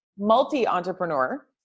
multi-entrepreneur